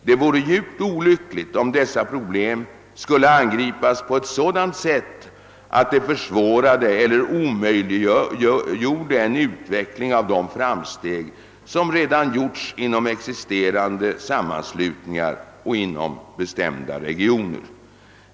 Det vore djupt olyckligt om dessa problem skulle angripas på ett sådant sätt, att det försvårade eller omöjliggjorde en utveckling av de framsteg som redan gjorts inom existerande sammanslutningar och inom bestämda regioner.